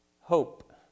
Hope